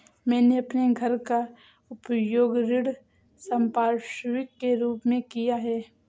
मैंने अपने घर का उपयोग ऋण संपार्श्विक के रूप में किया है